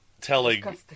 Telling